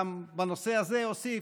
בנושא הזה אני אוסיף,